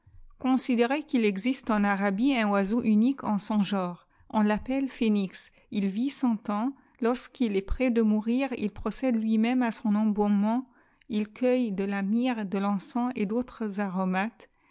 considérez au'il existe en arabie un oiseau unique eo son genre on l'appelle phénix il vit ct ans lorsqu'il est près de mourir il procède lui-même à son embaumement il cueille de la myrrbe de l'encens et d'autres aromates